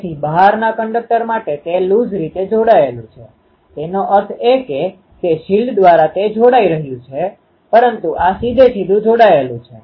તેથી બાહરના કંડક્ટર માટે તે લૂઝ રીતે જોડાયેલું છે તેનો અર્થ એ કે તે શિલ્ડ દ્વારા તે જોડાઈ રહ્યું છે પરંતુ આ સીધેસીધું જોડાયેલું છે